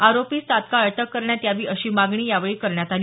आरोपीस तत्काळ अटक करण्यात यावी अशी मागणी यावेळी करण्यात आली